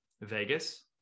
Vegas